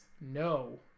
no